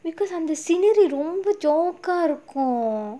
because um the scenery joke ah இருக்கும்:irukkum